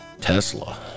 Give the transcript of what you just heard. Tesla